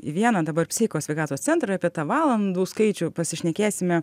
į vieną dabar psichikos sveikatos centrą apie tą valandų skaičių pasišnekėsime